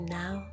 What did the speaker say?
now